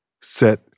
set